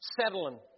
Settling